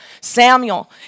Samuel